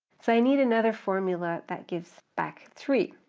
so i need another formula that gives back three,